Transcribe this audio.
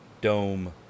dome